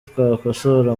twakosora